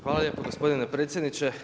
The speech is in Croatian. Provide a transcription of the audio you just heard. Hvala lijepo gospodine predsjedniče.